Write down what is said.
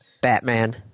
Batman